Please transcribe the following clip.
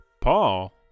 Paul